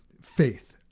faith